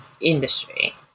industry